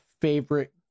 favorite